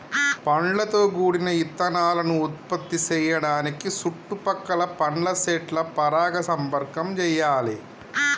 పండ్లతో గూడిన ఇత్తనాలను ఉత్పత్తి సేయడానికి సుట్టు పక్కల పండ్ల సెట్ల పరాగ సంపర్కం చెయ్యాలే